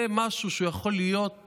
משהו שיכול להיות